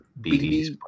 BD's